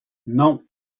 non